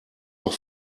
noch